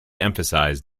emphasized